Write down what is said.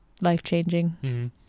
life-changing